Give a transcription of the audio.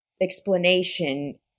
explanation